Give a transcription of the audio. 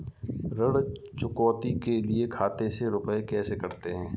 ऋण चुकौती के लिए खाते से रुपये कैसे कटते हैं?